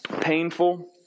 painful